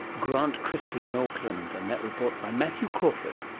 grant christie in auckland, and that report by matthew crawford